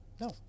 No